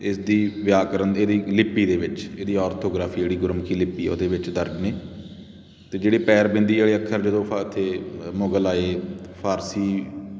ਇਸਦੀ ਵਿਆਕਰਨ ਇਹਦੀ ਲਿਪੀ ਦੇ ਵਿੱਚ ਇਹਦੀ ਔਰਥੋਗ੍ਰਾਫੀ ਜਿਹੜੀ ਗੁਰਮੁਖੀ ਲਿਪੀ ਉਹਦੇ ਵਿੱਚ ਦਰਜ ਨੇ ਅਤੇ ਜਿਹੜੇ ਪੈਰ ਬਿੰਦੀ ਵਾਲੇ ਅੱਖਰ ਜਦੋਂ ਫਾ ਇੱਥੇ ਮੁਗਲ ਆਏ ਫਾਰਸੀ